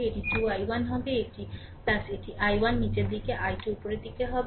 এটি 2 i1 হবে এটি i1 নীচের দিকে i2 উপরের দিকে হবে